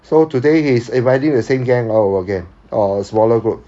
so today he's inviting the same gang out again or smaller group